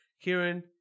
Kieran